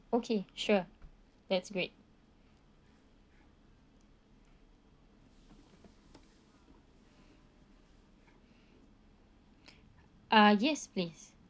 okay sure that's great uh yes please